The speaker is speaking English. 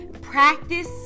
Practice